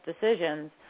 decisions